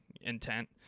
intent